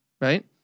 right